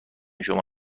شما